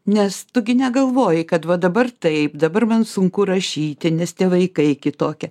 nes tu gi negalvoji kad va dabar taip dabar man sunku rašyti nes tie vaikai kitokie